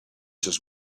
just